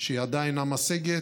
שידה אינה משגת,